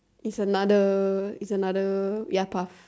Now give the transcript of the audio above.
it's another it's another ya path